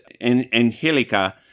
Angelica